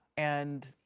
and,